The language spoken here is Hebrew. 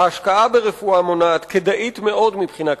ההשקעה ברפואה מונעת כדאית מאוד מבחינה כלכלית,